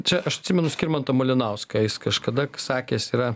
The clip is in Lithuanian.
čia aš atsimenu skirmantą malinauską jis kažkada sakęs yra